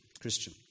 Christian